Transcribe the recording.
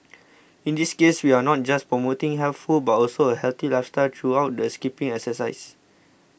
in this case we are not just promoting healthy food but also a healthy lifestyle through the skipping exercise